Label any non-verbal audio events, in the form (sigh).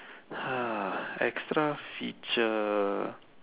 !huh! (breath) extra feature